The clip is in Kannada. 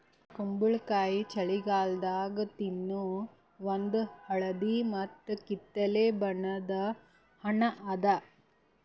ಕುಂಬಳಕಾಯಿ ಛಳಿಗಾಲದಾಗ ತಿನ್ನೋ ಒಂದ್ ಹಳದಿ ಮತ್ತ್ ಕಿತ್ತಳೆ ಬಣ್ಣದ ಹಣ್ಣ್ ಅದಾ